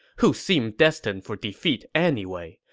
who seemed destined for defeat anyway.